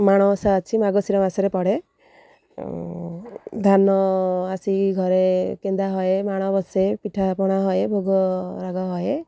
ମାଣଓଷା ଅଛି ମାର୍ଗଶୀର ମାସରେ ପଡ଼େ ଧାନ ଆସିକି ଘରେ କେନ୍ଦା ହୁଏ ମାଣ ବସେ ପିଠାପଣା ହୁଏ ଭୋଗ ରାଗ ହୁଏ